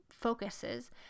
focuses